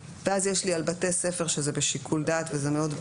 ואז יש לי על בתי ספר שזה בשיקול דעת וזה מאוד ברור,